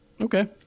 Okay